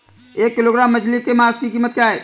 एक किलोग्राम मछली के मांस की कीमत क्या है?